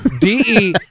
d-e